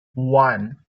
one